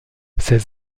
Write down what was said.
ses